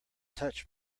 touch